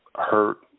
hurt